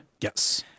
Yes